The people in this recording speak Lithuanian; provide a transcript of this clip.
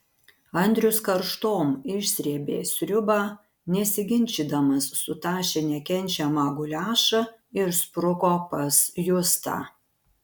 andrius karštom išsrėbė sriubą nesiginčydamas sutašė nekenčiamą guliašą ir spruko pas justą